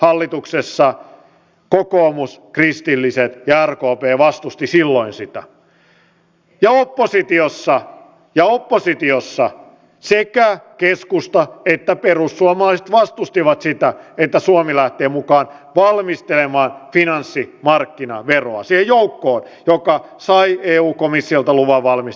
hallituksessa kokoomus kristilliset ja rkp vastustivat silloin sitä ja oppositiossa sekä keskusta että perussuomalaiset vastustivat sitä että suomi lähtee mukaan valmistelemaan finanssimarkkinaveroa siihen joukkoon joka sai eu komissiolta luvan valmistella tätä